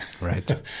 right